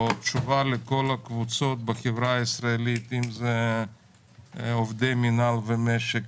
או תשובה לכל הקבוצות בחברה הישראלית אם אלו עובדי מינהל ומשק,